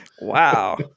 wow